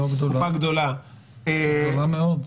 -- גדולה מאוד.